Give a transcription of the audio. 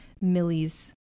Millie's